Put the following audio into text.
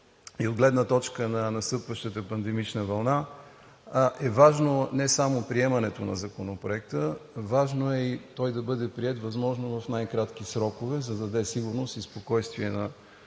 и от гледна точка на настъпващата пандемична вълна е важно не само приемането на Законопроекта, важно е и той да бъде приет възможно в най-кратки срокове, за да даде сигурност и спокойствие на